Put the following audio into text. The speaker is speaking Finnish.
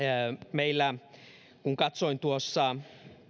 kun katsoin sitä